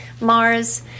mars